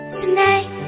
tonight